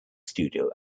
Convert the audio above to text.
studio